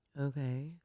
Okay